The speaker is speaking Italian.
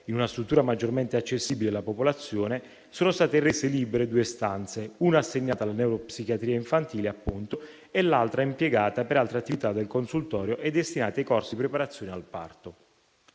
in una struttura maggiormente accessibile alla popolazione, sono state rese libere due stanze, una assegnata appunto alla neuropsichiatria infantile e l'altra impiegata per altre attività del consultorio e destinata ai corsi di preparazione al parto.